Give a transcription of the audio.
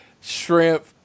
shrimp